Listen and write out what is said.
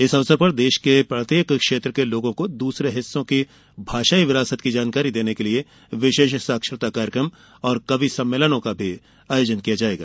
इस अवसर पर देश के प्रत्येक क्षेत्र के लोगों को दूसरे हिस्सों की भाषाई विरासत की जानकारी देने के लिए विशेष साक्षरता कार्यक्रम और कवि सम्मेलनों का भी आयोजन किया जाएगा